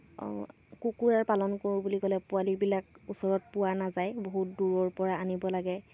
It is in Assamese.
কুকুৰাৰ পালন কৰোঁ বুলি ক'লে পোৱালিবিলাক ওচৰত পোৱা নাযায় বহুত দূৰৰপৰা আনিব লাগে